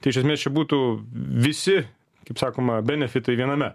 tai iš esmės čia būtų visi kaip sakoma benefitai viename